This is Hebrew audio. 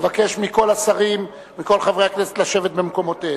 אבקש מכל השרים, מכל חברי הכנסת לשבת במקומותיהם.